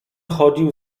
chodził